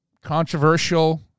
controversial